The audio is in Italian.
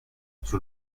sul